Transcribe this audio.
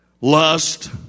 Lust